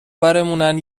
برمونن